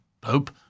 pope